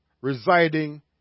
residing